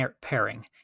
pairing